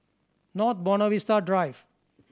North Buona Vista Drive